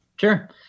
Sure